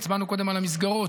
הצבענו קודם על המסגרות,